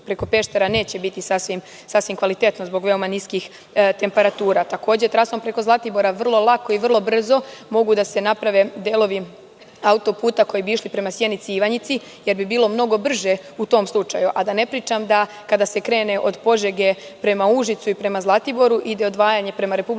preko Peštera neće biti sasvim kvalitetno zbog veoma niskih temperatura. Takođe, trasom preko Zlatibora vrlo lako i brzo mogu da se naprave delovi auto-puta koji bi išli prema Sjenici i Ivanjici, jer bi bilo mnogo brže u tom slučaju, a da ne pričam kada se krene od Požege prema Užicu i prema Zlatiboru, ide odvajanje prema Republici